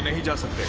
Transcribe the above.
he doesn't